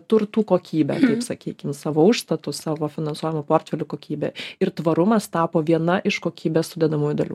turtų kokybę sakykim savo užstatų savo finansuojamų portfelių kokybę ir tvarumas tapo viena iš kokybės sudedamųjų dalių